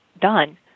done